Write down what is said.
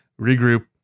regroup